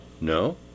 No